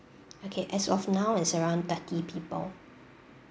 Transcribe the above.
okay as of now it's around thirty people